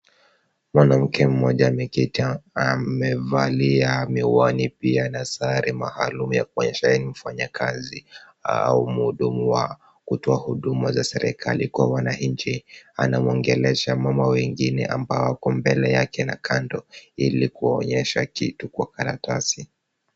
Mwanamke mmoja ameketi amevalia miwani pia na sare maalum ya kuonyesha yeye ni mfanyakazi au mhudumu wa kutoa huduma za serekali kwa wananchi. Anamwongelesha mama wengine ambao wako mbele yake na kando ili kuwaonyesha kitu kwa karatasi.